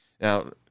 Now